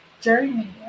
journey